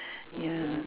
ya